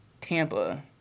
Tampa